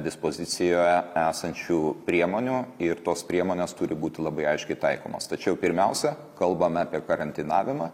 dispozicijoje esančių priemonių ir tos priemonės turi būti labai aiškiai taikomos tačiau pirmiausia kalbame apie karantinavimą